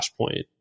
flashpoint